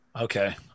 Okay